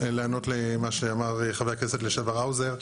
אז רק כדי לענות למה שאמר חבר הכנסת לשעבר האוזר.